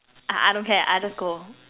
I I don't care I just go